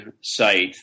site